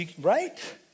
Right